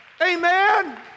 amen